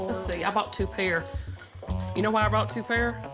let's see. i bought two pair. you know why i brought two pair?